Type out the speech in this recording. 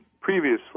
previously